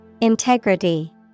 Integrity